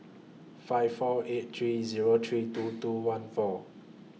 five four eight three Zero three two two one four